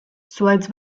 zuhaitz